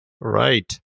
Right